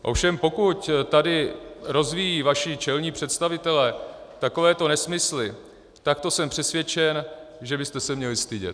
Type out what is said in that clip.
Ovšem pokud tady rozvíjejí vaši čelní představitelé takovéto nesmysly, tak to jsem přesvědčen, že byste se měli stydět.